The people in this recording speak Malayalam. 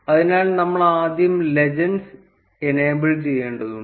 അതിനാൽ നമ്മൾ ആദ്യം ലെജൻഡ്സ് ഇനേബിൾ ചെയ്യേണ്ടതുണ്ട്